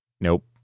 Nope